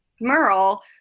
Merle